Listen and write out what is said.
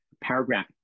Paragraph